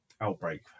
Outbreak